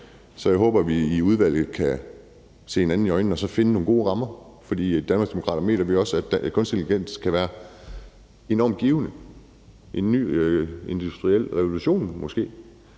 Så jeg håber, vi i udvalget kan se hinanden i øjnene og så finde nogle gode rammer. For i Danmarksdemokraterne mener vi også, at kunstig intelligens kan være enormt givende – en ny industriel revolution måske.